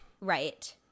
Right